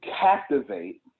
captivate